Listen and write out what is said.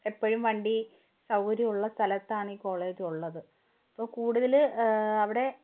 എപ്പോഴും വണ്ടി സൗകര്യവുള്ള സ്ഥലത്താണ് ഈ കോളേജ് ഉള്ളത് അപ്പോൾ കൂടുതൽ അവിടെ